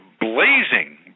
blazing